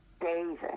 David